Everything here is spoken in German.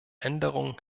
änderungen